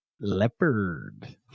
Leopard